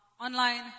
online